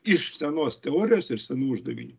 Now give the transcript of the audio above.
iš senos teorijos ir senų uždavinių